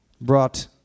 brought